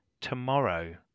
tomorrow